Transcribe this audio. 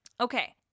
Okay